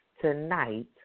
Tonight